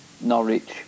Norwich